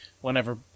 whenever